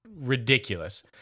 ridiculous